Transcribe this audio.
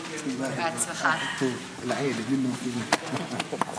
מזלי ומזלו של חבר הכנסת הטרי ד"ר אנטאנס